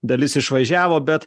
dalis išvažiavo bet